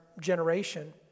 generation